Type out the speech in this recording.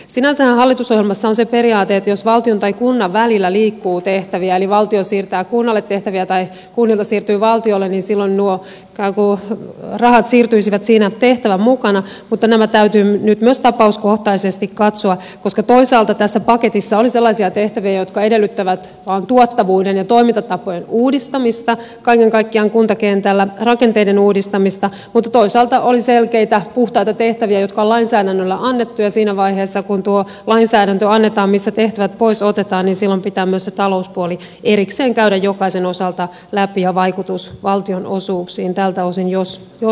sinänsähän hallitusohjelmassa on se periaate että jos valtion ja kunnan välillä liikkuu tehtäviä eli valtio siirtää kunnalle tehtäviä tai kunnilta siirtyy valtiolle niin silloin nuo rahat siirtyisivät siinä tehtävän mukana mutta nämä täytyy nyt myös tapauskohtaisesti katsoa koska toisaalta tässä paketissa oli sellaisia tehtäviä jotka edellyttävät tuottavuuden ja toimintatapojen uudistamista kaiken kaikkiaan kuntakentällä rakenteiden uudistamista mutta toisaalta oli selkeitä puhtaita tehtäviä jotka on lainsäädännöllä annettu ja siinä vaiheessa kun tuo lainsäädäntö annetaan missä tehtävät pois otetaan pitää myös se talouspuoli erikseen käydä jokaisen osalta läpi ja vaikutus valtionosuuksiin tältä osin jos sitä on